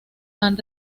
han